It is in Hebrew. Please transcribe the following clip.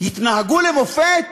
יתנהגו למופת